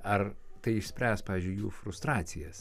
ar tai išspręs pavyzdžiui jų frustracijas